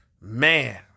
Man